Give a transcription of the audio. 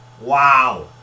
Wow